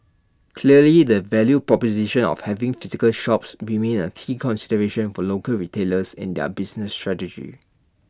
clearly the value proposition of having physical shops remains A key consideration for local retailers in their business strategy